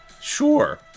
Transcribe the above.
Sure